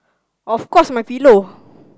of course my pillow